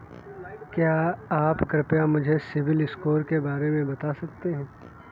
क्या आप कृपया मुझे सिबिल स्कोर के बारे में बता सकते हैं?